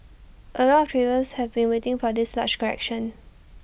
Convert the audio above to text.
A lot of traders have been waiting for this large correction